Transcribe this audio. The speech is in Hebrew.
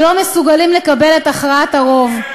שלא מסוגלים לקבל את הכרעת הרוב,